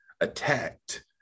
attacked